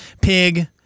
Pig